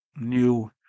new